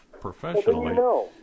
professionally